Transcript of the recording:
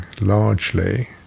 largely